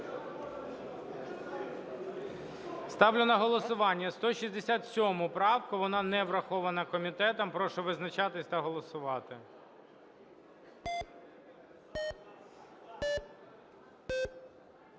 Ставлю на голосування 167 правку, вона не врахована комітетом. Прошу визначатися та голосувати.